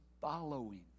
following